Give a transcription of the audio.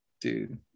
Dude